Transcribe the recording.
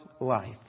life